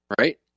right